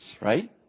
right